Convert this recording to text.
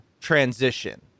transition